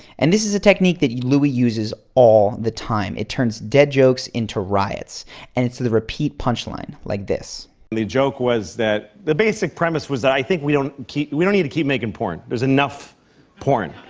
and this is a technique that louis uses all the time. it turns dead jokes into riots and it's the repeat punch line like this. and the joke was that the basic premise was that i think we don't keep. we don't need to keep making porn there's enough porn.